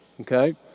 Okay